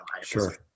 Sure